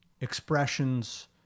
expressions